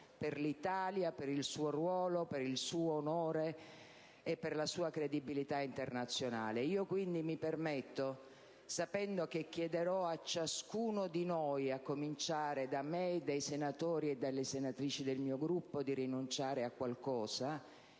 per l'Italia, per il suo ruolo, per il suo onore e per la sua credibilità internazionale. Mi permetto, pertanto, sapendo che chiederò a ciascuno di noi, a cominciare da me e dai senatori e dalle senatrici del mio Gruppo, di rinunciare a qualcosa,